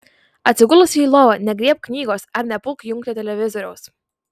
atsigulusi į lovą negriebk knygos ar nepulk jungti televizoriaus